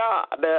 God